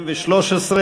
ד' בתמוז התשע"ג,